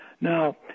Now